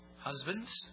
Husbands